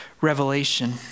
Revelation